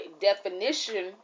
definition